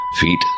feet